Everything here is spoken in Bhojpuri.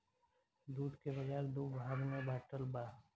दूध के बाजार दू भाग में बाटल बा